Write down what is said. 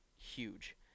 huge